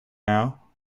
now